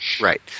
Right